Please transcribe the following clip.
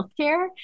healthcare